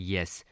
Yes